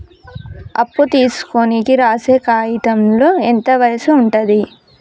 అప్పు తీసుకోనికి రాసే కాయితంలో ఎంత వయసు ఉంటది?